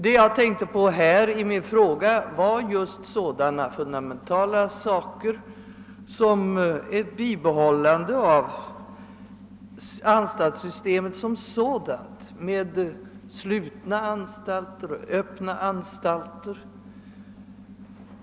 Vad jag tänkt på i min fråga har varit fundamentala ting som ett ' bibehållande av anstaltssystemet som sådant, alltså med slutna och öppna anstalter.